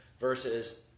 versus